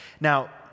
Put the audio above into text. Now